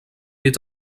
est